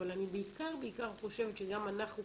אבל אני בעיקר חושבת שגם אנחנו כחברה,